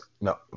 No